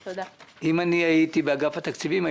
אם הייתי באגף התקציבים,